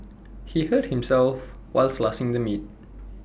he hurt himself while slicing the meat